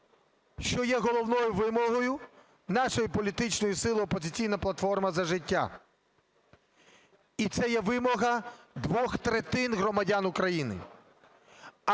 що є головною вимогою нашої політичної сили "Опозиційна платформа - За життя", і це є вимога двох третин громадян України.